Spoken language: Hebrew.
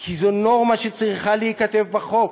זאת נורמה שצריכה להיכתב בחוק